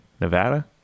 Nevada